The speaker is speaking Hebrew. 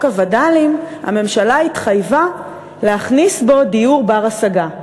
הווד"לים הממשלה התחייבה להכניס בו דיור בר-השגה,